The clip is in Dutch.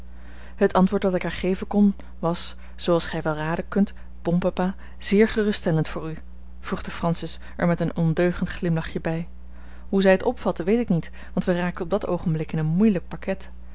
het antwoord dat ik haar geven kon was zooals gij wel raden kunt bon papa zeer geruststellend voor u voegde francis er met een ondeugend glimlachje bij hoe zij het opvatte weet ik niet want wij raakten op dat oogenblik in een moeielijk parket